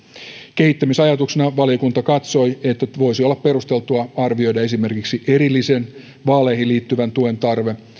kehittämisajatuksenaan valiokunta katsoi että voisi olla perusteltua arvioida esimerkiksi erillisen vaaleihin liittyvän tuen tarve